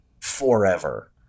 forever